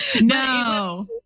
No